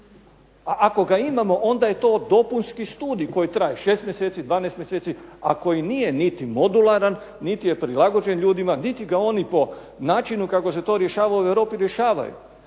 a ako ga imamo onda je to dopunski studij koji traje 6 mjeseci, 12 mjeseci, a koji nije niti modularan niti je prilagođen ljudima niti ga oni po načinu kako se to rješava u Europi rješavaju.